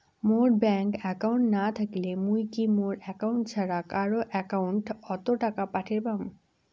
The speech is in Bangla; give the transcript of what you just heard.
মোর ব্যাংক একাউন্ট না থাকিলে মুই কি মোর একাউন্ট ছাড়া কারো একাউন্ট অত টাকা পাঠের পাম?